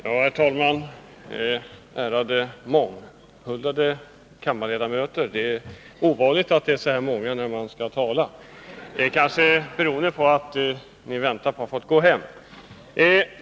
Herr talman, ärade kammarledamöter! Det är ovanligt att det är så många ledamöter i kammaren, när jag skall tala. Det kanske beror på att ni väntar på att få gå hem.